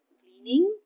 cleaning